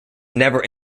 never